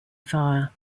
fire